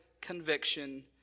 conviction